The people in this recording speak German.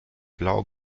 blau